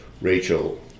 Rachel